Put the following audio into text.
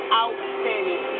outstanding